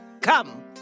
Come